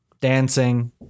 dancing